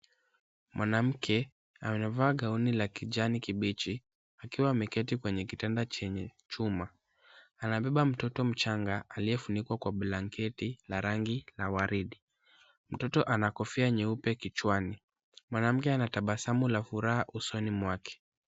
Mwanamke anavaa gauni la kijani kibichi akiwa ameketi kwenye kitanda chenye chuma. Anabeba mtoto mchanga aliyefunikwa kwa blanketi la rangi la waridi. Mtoto ana kofia nyeupe kichwani. Mwanamke ana tabasamu la furaha usoni mwake.